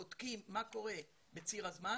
בודקים מה קורה בציר הזמן,